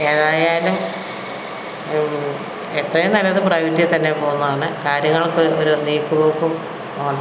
ഏതായാലും എത്രയും നല്ലത് പ്രൈവറ്റിൽ തന്നെ പോവുന്നതാണ് കാര്യങ്ങൾക്ക് ഒരു ഒരു നീക്ക് പോക്കും ഉണ്ട്